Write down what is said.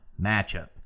matchup